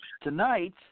Tonight